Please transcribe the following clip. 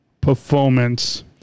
performance